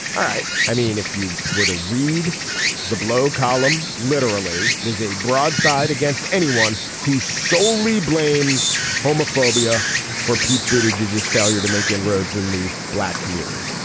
all right. i mean if you were to read the blow column literally it is a broadside against anyone who solely blames homophobia for pete booted judges failure to make inroads in the black community.